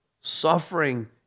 Suffering